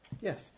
Yes